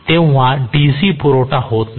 तेव्हा DC पुरवठा होत नाही